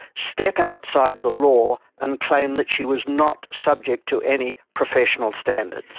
step outside the law and claim that she was not subject to any professional standards.